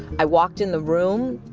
i walked in the room.